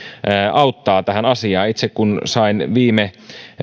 auttaa asiaan itse kun sain viime